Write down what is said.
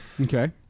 Okay